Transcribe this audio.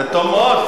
זה טוב מאוד.